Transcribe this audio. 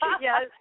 yes